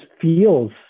feels